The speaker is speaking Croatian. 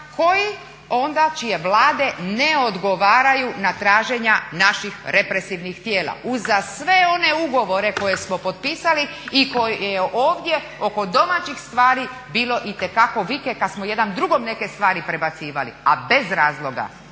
koji onda čije vlade ne odgovaraju na traženja naših represivnih tijela. Uza sve one ugovore koje smo potpisali i koje je ovdje oko domaćih stvari bilo itekako vike kad smo jedan drugom neke stvari predbacivali, a bez razloga